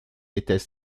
était